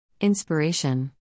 Inspiration